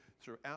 throughout